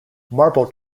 marble